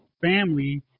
family